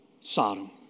Sodom